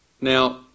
Now